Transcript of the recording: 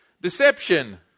deception